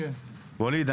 ואליד,